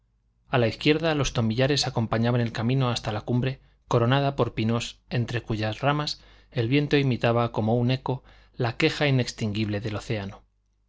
a la izquierda los tomillares acompañaban el camino hasta la cumbre coronada por pinos entre cuyas ramas el viento imitaba como un eco la queja inextinguible del océano